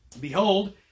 Behold